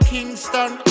Kingston